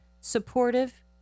supportive